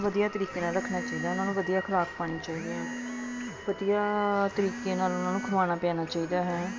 ਵਧੀਆ ਤਰੀਕੇ ਨਾਲ ਰੱਖਣਾ ਚਾਹੀਦਾ ਉਹਨਾਂ ਨੂੰ ਵਧੀਆ ਖੁਰਾਕ ਪਾਉਣੀ ਚਾਹੀਦੀ ਆ ਵਧੀਆ ਤਰੀਕੇ ਨਾਲ ਉਹਨਾਂ ਨੂੰ ਖਵਾਉਣਾ ਪਿਆਉਣਾ ਚਾਹੀਦਾ ਹੈ